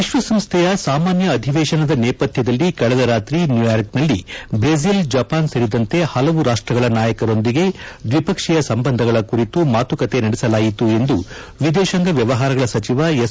ವಿಶ್ವಸಂಸ್ದೆಯ ಸಾಮಾನ್ಯ ಅಧಿವೇಶನದ ನೇಪಥ್ಯದಲ್ಲಿ ಕಳೆದ ರಾತ್ರಿ ನ್ಯೂಯಾರ್ಕ್ನಲ್ಲಿ ಬ್ರೆಜಿಲ್ ಜಪಾನ್ ಸೇರಿದಂತೆ ಹಲವು ರಾಷ್ಟಗಳ ನಾಯಕರೊಂದಿಗೆ ದ್ವಿಪಕ್ಷೀಯ ಸಂಬಂಧಗಳ ಕುರಿತು ಮಾತುಕತೆ ನಡೆಸಲಾಯಿತು ಎಂದು ವಿದೇಶಾಂಗ ವ್ಯವಹಾರಗಳ ಸಚಿವ ಎಸ್